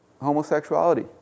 homosexuality